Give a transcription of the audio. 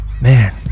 man